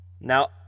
Now